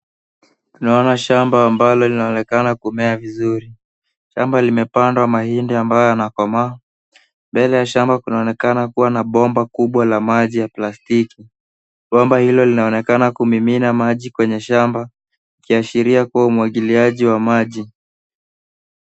Tunaona shamba ambalo linaonekana kumea vizuri. Shamba limepandwa mahindi ambayo yamekomaa. Mbele ya shamba kunaonekana kuwa na bomba kubwa la maji ya plastiki. Bomba hilo linaonekana kumimina maji kwenye shamba ikiashiria kuwa umwagiliaji wa maji.